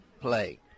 play